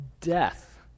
death